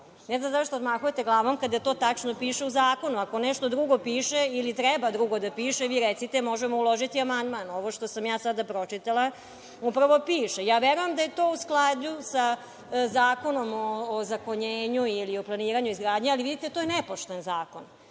Ne znam zašto odmahujete glavom kada to tačno piše u zakonu. Ako nešto drugo piše ili treba drugo da piše, vi recite, možemo uložiti amandman. Ovo što sam ja sada pročitala upravo piše. Ja verujem da je to u skladu sa Zakonom o ozakonjenju ili o planiranju i izgradnji, ali vidite, to je nepošten zakon.